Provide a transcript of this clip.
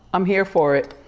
i'm here for it.